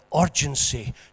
urgency